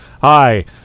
hi